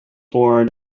born